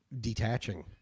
detaching